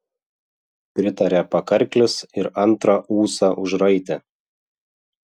pritarė pakarklis ir antrą ūsą užraitė